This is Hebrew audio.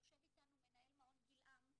יושב איתנו מנהל מעון 'גילעם',